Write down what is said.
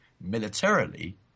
militarily